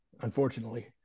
unfortunately